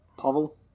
Pavel